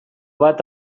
bat